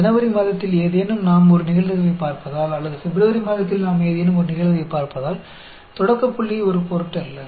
ஜனவரி மாதத்தில் ஏதேனும் நாம் ஒரு நிகழ்வைப் பார்ப்பதால் அல்லது பிப்ரவரி மாதத்தில் நாம் ஏதேனும் ஒரு நிகழ்வைப் பார்ப்பதால் தொடக்கப் புள்ளி ஒரு பொருட்டல்ல